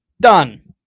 Done